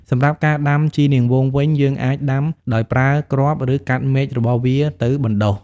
សំរាប់ការដំាជីរនាងវងវិញ យើងអាចដាំដោយប្រើគ្រាប់ ឬកាត់មែករបស់វាទៅបណ្ដុះ។